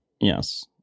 Yes